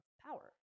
power